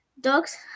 Dogs